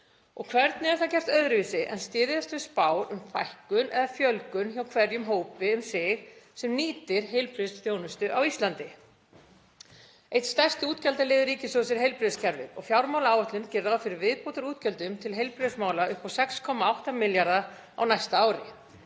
Hvernig er það gert öðruvísi en að styðjast við spár um fækkun eða fjölgun hjá hverjum hópi um sig sem nýtir heilbrigðisþjónustu á Íslandi? Einn stærsti útgjaldaliður ríkissjóðs er heilbrigðiskerfið. Fjármálaáætlun gerir ráð fyrir viðbótarútgjöldum til heilbrigðismála upp á 6,8 milljarða á næsta ári.